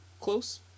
close